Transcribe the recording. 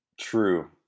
True